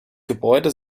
gebäude